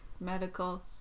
medical